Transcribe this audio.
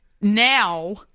now